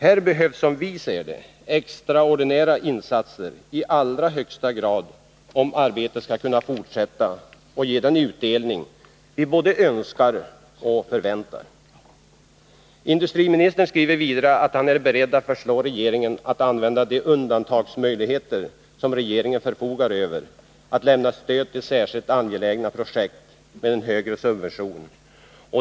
Här behövs, som vi ser det, extraordinära insatser i allra högsta grad, om arbetet skall kunna fortsätta och ge den utdelning vi både önskar och förväntar. Industriministern skriver vidare att han är beredd att föreslå regeringen att använda de undantagsmöjligheter som regeringen förfogar över, att med en högre subvention lämna stöd till särskilt angelägna projekt.